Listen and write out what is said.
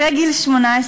אחרי גיל 18,